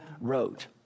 wrote